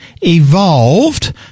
evolved